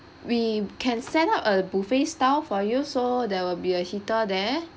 we can set up a buffet style for you so there will be a heater there